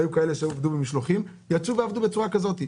היו כאלה שעבדו במשלוחים יצאו ועבדו בצורה כזאת.